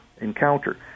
encounter